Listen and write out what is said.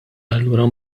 allura